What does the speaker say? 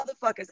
motherfuckers